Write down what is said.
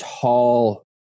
tall